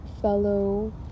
fellow